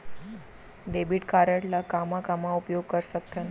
Debit card ला कामा कामा उपयोग कर सकथन?